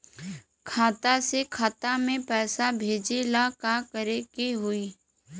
खाता से खाता मे पैसा भेजे ला का करे के होई?